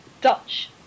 Dutch